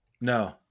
No